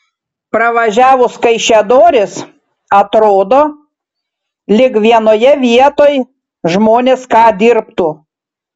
pravažiavus kaišiadoris atrodo lyg vienoje vietoj žmonės ką dirbtų